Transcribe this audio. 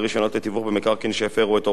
לתיווך במקרקעין שהפירו את הוראות החוק,